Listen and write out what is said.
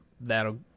That'll